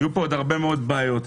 יהיו פה עוד הרבה מאוד בעיות.